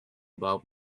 about